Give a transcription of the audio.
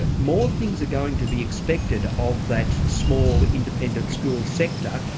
ah more things are going to be expected of that small independent school sector.